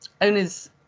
owners